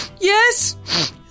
Yes